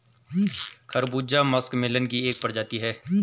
खरबूजा मस्कमेलन की एक प्रजाति है